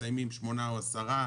מסיימים 8 או עשרה,